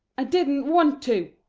i didn't want to,